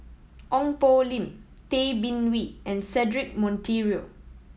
Ong Poh Lim Tay Bin Wee and Cedric Monteiro